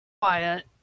quiet